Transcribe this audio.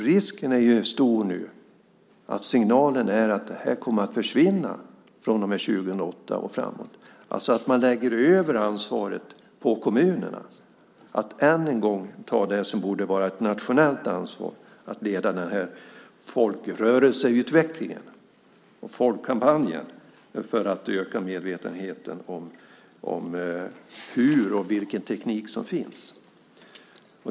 Risken är nu stor att signalen blir att detta kommer att försvinna från och med 2008, och att man alltså än en gång lägger över det ansvar som borde vara nationellt på kommunerna. De får leda denna folkrörelseutveckling och folkkampanj för att öka medvetenheten om hur man kan göra och vilken teknik som finns.